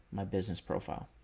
my business profile.